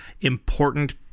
important